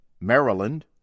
Maryland